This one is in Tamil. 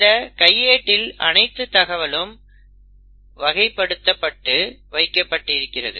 இந்த கையேட்டில் அனைத்து தகவலும் வகைப்படுத்தப்பட்டு வைக்கப்பட்டிருக்கிறது